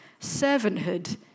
servanthood